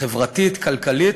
חברתית, כלכלית,